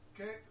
Okay